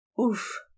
Oof